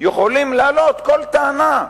יכולים להעלות כל טענה,